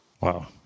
Wow